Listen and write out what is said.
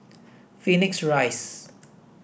Phoenix Rise